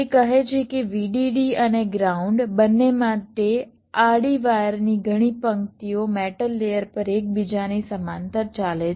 તે કહે છે કે VDD અને ગ્રાઉન્ડ બંને માટે આડી વાયરની ઘણી પંક્તિઓ મેટલ લેયર પર એકબીજાની સમાંતર ચાલે છે